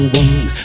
one